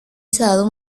selalu